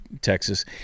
texas